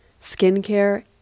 skincare